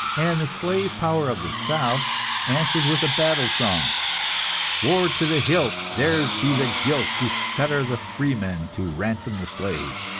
and the slave power of the south answered with a battle-song war to the hilt, theirs be the guilt, who fetter the freeman to ransom the slave!